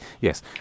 Yes